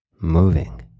moving